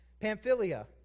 Pamphylia